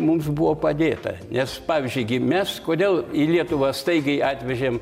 mums buvo padėta nes pavyzdžiui gi mes kodėl į lietuvą staigiai atvežėm